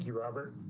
yeah robert.